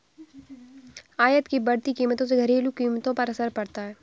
आयात की बढ़ती कीमतों से घरेलू कीमतों पर असर पड़ता है